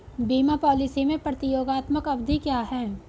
बीमा पॉलिसी में प्रतियोगात्मक अवधि क्या है?